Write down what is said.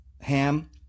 Ham